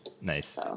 nice